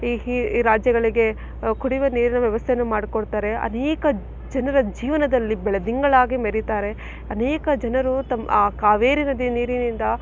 ಈ ರಾಜ್ಯಗಳಿಗೆ ಕುಡಿಯುವ ನೀರಿನ ವ್ಯವಸ್ಥೆಯನ್ನು ಮಾಡ್ಕೊಡ್ತಾರೆ ಅನೇಕ ಜನರ ಜೀವನದಲ್ಲಿ ಬೆಳದಿಂಗಳಾಗಿ ಮೆರಿತಾರೆ ಅನೇಕ ಜನರು ತಮ್ಮ ಕಾವೇರಿ ನದಿಯ ನೀರಿನಿಂದ